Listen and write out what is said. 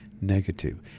negative